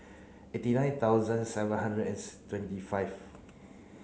eighty nine thousand seven hundred and twenty five